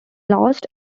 launched